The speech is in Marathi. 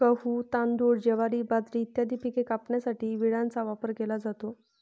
गहू, तांदूळ, ज्वारी, बाजरी इत्यादी पिके कापण्यासाठी विळ्याचा वापर केला जातो